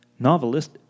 Novelist